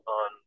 on